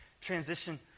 transition